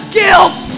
guilt